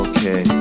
Okay